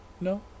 No